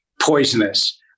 poisonous